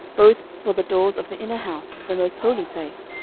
both for the doors of the inner house, the most holy place,